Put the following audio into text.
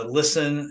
listen